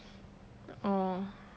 oh